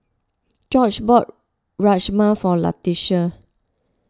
Gorge bought Rajma for Leticia